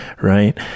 Right